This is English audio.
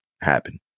happen